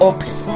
Open